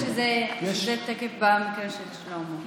אני חושבת שזה תכף, במקרה של שלמה.